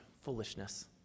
foolishness